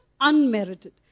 unmerited